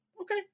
Okay